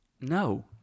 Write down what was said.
No